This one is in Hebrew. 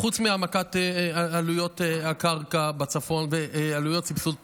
חוץ מהעמקת עלויות הקרקע בצפון ועלויות סבסוד הפיתוח,